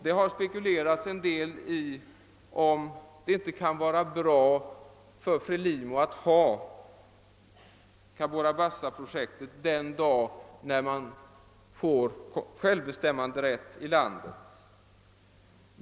Det har spekulerats en del över om det inte kan vara bra för Frelimo att ha Cabora Bassa-projektet den dag landet får självbestämmanderätt.